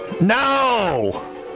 No